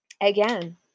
again